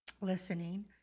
listening